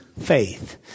faith